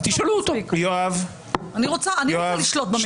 אני רוצה לשלוט בזה.